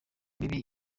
mibi